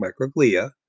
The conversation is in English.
microglia